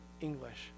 English